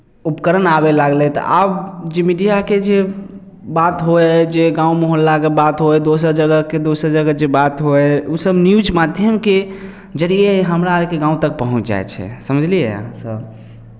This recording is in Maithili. उपकरण आबय लगलै तऽ आब जे मीडियाके जे बात होइ हइ जे गाँव मोहल्लाके बात होइ हइ दोसर जगहके दोसर जगह जे बात होइ हइ ओसभ न्यूज माध्यमके जरिये हमरा आरके गाँव तक पहुँच जाइ छै समझलियै अहाँसभ